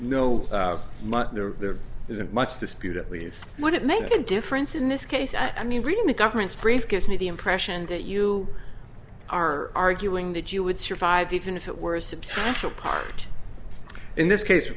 no there there isn't much dispute at least what make a difference in this case i mean reading the government's brief gives me the impression that you are arguing that you would survive even if it were a substantial part in this case